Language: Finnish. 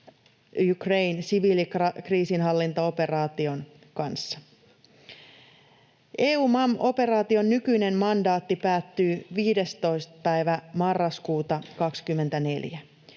‑siviilikriisinhallintaoperaation kanssa. EUMAM-operaation nykyinen mandaatti päättyy 15. päivä marraskuuta 24.